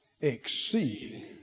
exceeding